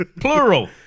Plural